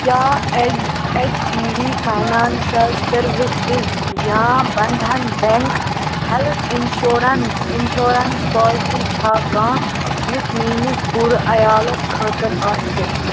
کیٛاہ H H B D financial services یا Bandhan bank health insurance insurance policy چھا کانٛہہ یُس میٛٲنِس پوٗرٕ عیالَس خٲطرٕ آسہِ